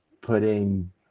putting